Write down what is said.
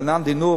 רענן דינור